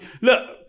look